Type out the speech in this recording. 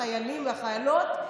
החיילים והחיילות,